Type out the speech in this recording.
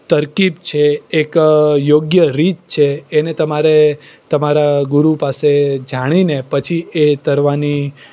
તરકીબ છે એક યોગ્ય રીત છે એને તમારે તમારા ગુરુ પાસે જાણીને પછી એ તરવાની